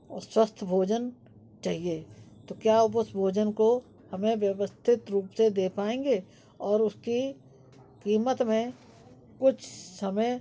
औ स्वस्थ भोजन चाहिए तो क्या उस भोजन को हमें व्यवस्थित रूप से दे पाएंगे और उसकी कीमत में कुछ समय